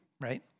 right